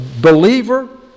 believer